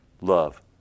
Love